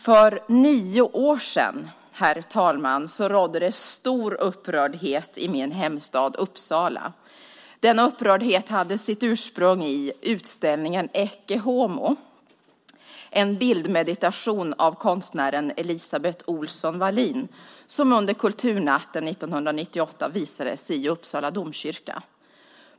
För nio år sedan, herr talman, rådde det stor upprördhet i min hemstad Uppsala. Den upprördheten hade sitt ursprung i utställningen Ecce Homo, en bildmeditation av konstnären Elisabeth Ohlson Wallin som under kulturnatten 1998 visades i Uppsala domkyrka.